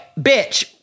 bitch